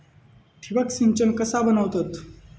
ठिबक सिंचन कसा बनवतत?